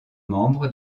membre